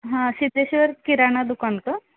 हां सिद्धेश्वर किराणा दुकान का